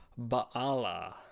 Ba'ala